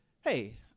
hey